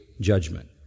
judgment